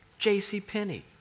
JCPenney